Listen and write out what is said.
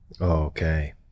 Okay